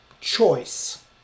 choice